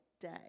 day